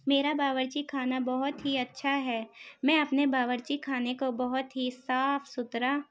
میرا باورچی خانہ بہت ہی اچّھا ہے میں اپنے باورچی خانے کو بہت ہی صاف ستھرا